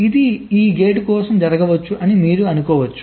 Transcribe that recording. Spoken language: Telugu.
ఇది ఈ గేట్ కోసం జరగవచ్చు అని మీరు అనుకోవచ్చు